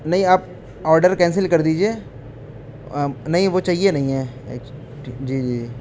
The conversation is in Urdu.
نہیں آپ آرڈر کینسل کر دیجیے نہیں وہ چاہیے نہیں ہے ایکچولی جی جی جی